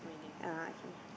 ah okay